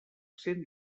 cent